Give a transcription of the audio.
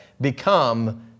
become